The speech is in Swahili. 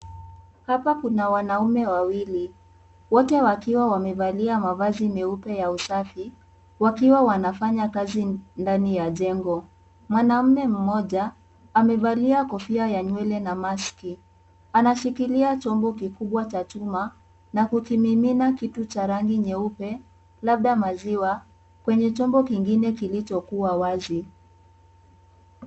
Hapa kuna wanaume wawili, wote wakiwa wamevalia mavazi meupe ya usafi, wakiwa wanafanya kazi ndani ya jengo. Mwanaume mmoja amevalia kofia ya nywele na maski. Anashikilia chombo kikubwa cha chuma na kukimimina kitu cha rangi nyeupe, labda maziwa, kwenye chombo kingine kilichokuwa wazi.